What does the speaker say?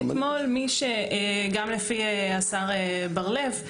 אתמול לפי השר בר לב,